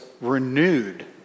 renewed